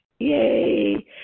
Yay